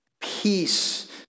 Peace